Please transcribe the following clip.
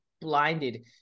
blinded